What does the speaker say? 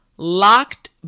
LOCKED